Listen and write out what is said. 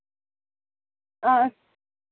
हां